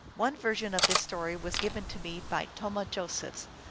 one version of this story was given to me by tomah josephs,